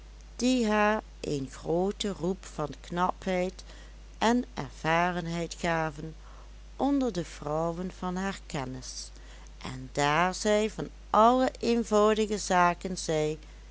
haar een grooten roep van knapheid en ervarenheid gaven onder de vrouwen van haar kennis en daar zij van alle eenvoudige zaken zei